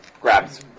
grabs